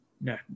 no